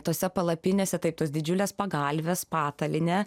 tose palapinėse taip tos didžiulės pagalvės patalynė